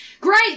great